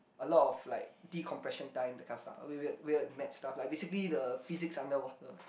a lot of like decompression time that kind of stuff weird weird weird mad stuff like basically the physics underwater